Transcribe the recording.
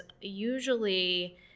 usually